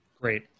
Great